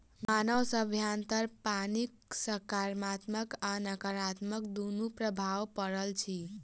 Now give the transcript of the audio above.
मानव सभ्यतापर पानिक साकारात्मक आ नाकारात्मक दुनू प्रभाव पड़ल अछि